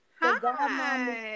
Hi